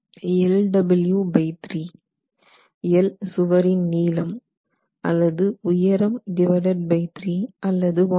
Lw3 Lw சுவரின் நீளம் அல்லது உயரம்3 அல்லது 1